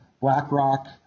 BlackRock